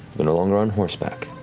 they're no longer on horseback.